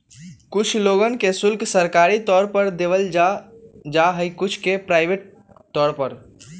कुछ लोगन के शुल्क सरकारी तौर पर देवल जा हई कुछ के प्राइवेट तौर पर